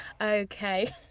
Okay